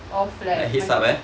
of like my